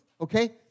Okay